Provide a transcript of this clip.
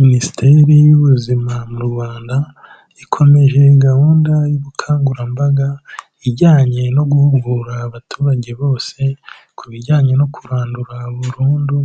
Minisiteri y'Ubuzima mu Rwanda, ikomeje gahunda y'ubukangurambaga, ijyanye no guhugura abaturage bose, ku bijyanye no kurandura burundu,